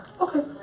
Okay